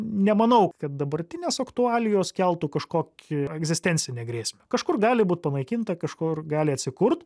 nemanau kad dabartinės aktualijos keltų kažkokį egzistencinę grėsmę kažkur gali būt panaikinta kažkur gali atsikurt